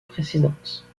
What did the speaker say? précédente